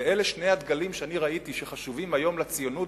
ואלה שני הדגלים שאני ראיתי שחשובים היום לציונות,